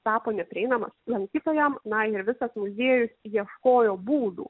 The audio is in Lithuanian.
tapo neprieinamas lankytojam na ir visas muziejus ieškojo būdų